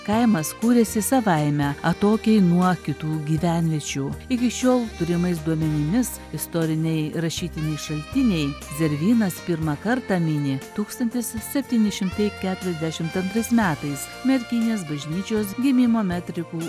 kaimas kūrėsi savaime atokiai nuo kitų gyvenviečių iki šiol turimais duomenimis istoriniai rašytiniai šaltiniai zervynas pirmą kartą mini tūkstantis septyni šimtai keturiasdešimt antrais metais merkinės bažnyčios gimimo metrikų